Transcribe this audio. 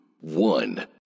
one